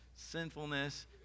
Sinfulness